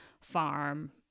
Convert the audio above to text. farm